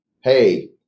hey